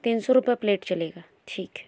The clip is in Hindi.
तीन सौ रुपये प्लेट चलेगा ठीक है